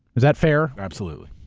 is that fair? absolutely.